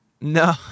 No